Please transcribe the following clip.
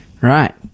Right